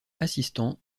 assistant